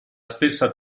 stessa